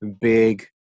big